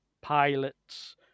pilots